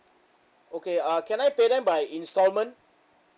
okay uh can I pay them by installment